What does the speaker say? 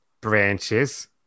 branches